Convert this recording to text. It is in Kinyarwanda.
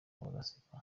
bagaseka